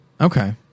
Okay